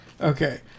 Okay